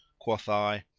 quoth i,